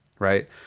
Right